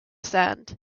sand